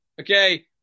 Okay